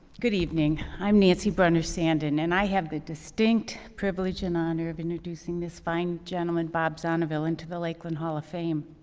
good evening. i'm nancy brunner sanden. and i have the distinct privilege and honor of introducing this fine gentleman, bob zonneville, into the lakeland hall of fame.